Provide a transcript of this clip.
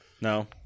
No